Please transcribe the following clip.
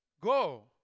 Go